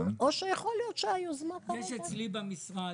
או שיכול להיות שהיוזמה --- אצלי במשרד,